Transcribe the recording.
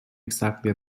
exactly